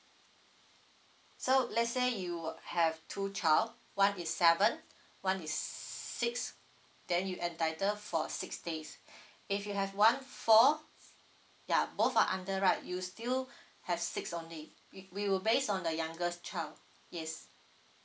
so let's say you have two child one is seven one is six then you entitled for six days if you have one four ya both are under right you still have six only we we will based on the youngest child yes